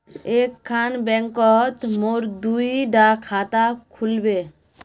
एक खान बैंकोत मोर दुई डा खाता खुल बे?